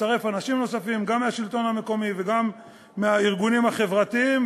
לצרף אנשים נוספים: גם מהשלטון המקומי וגם מהארגונים החברתיים,